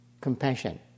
Compassion